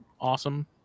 awesome